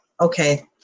okay